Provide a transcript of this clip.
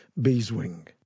Beeswing